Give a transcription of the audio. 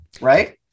right